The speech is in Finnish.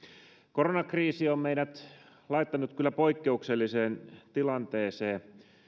koronakriisi on kyllä laittanut meidät poikkeukselliseen tilanteeseen